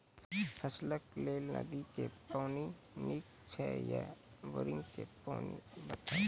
फसलक लेल नदी के पानि नीक हे छै या बोरिंग के बताऊ?